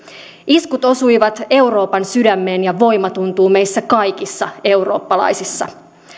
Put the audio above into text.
iskut osuivat euroopan sydämeen ja voima tuntuu meissä kaikissa eurooppalaisissa